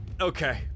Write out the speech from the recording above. Okay